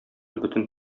бөтен